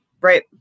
right